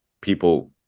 people